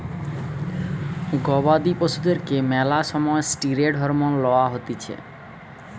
গবাদি পশুদেরকে ম্যালা সময় ষ্টিরৈড হরমোন লওয়া হতিছে